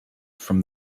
from